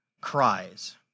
cries